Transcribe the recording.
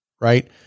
Right